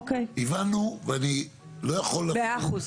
100 אחוז.